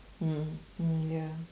mm mm ya